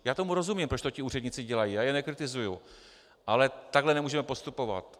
Já tomu rozumím, proč to ti úředníci dělají, já je nekritizuji, ale takhle nemůžeme postupovat.